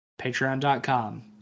patreon.com